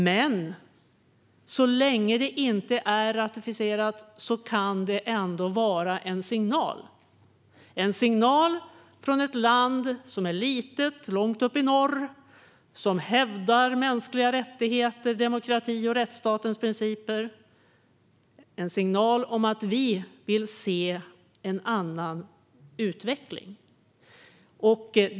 Men så länge det inte är ratificerat kan det vara en signal från ett litet land långt uppe i norr som hävdar mänskliga rättigheter, demokrati och rättsstatens principer om att vi här vill se en annan utveckling.